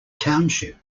township